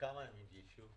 הם הגישו?